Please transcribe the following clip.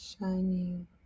shining